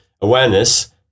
awareness